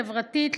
חברתית,